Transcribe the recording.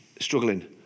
struggling